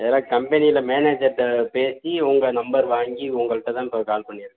நேராக கம்பெனியில் மேனேஜர் கிட்ட பேசி உங்கள் நம்பர் வாங்கி உங்கள் கிட்ட தான் இப்போ கால் பண்ணிருக்கேன்